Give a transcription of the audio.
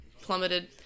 plummeted